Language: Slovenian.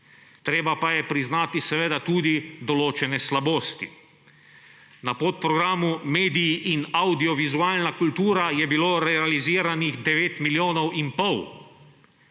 Treba pa je priznati tudi določene slabosti. Na podprogramu Mediji in avdiovizualna kultura je bilo realiziranih 9 milijonov in pol,